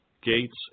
gates